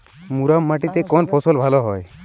মুরাম মাটিতে কোন ফসল ভালো হয়?